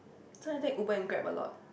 so I take Uber Grab a lot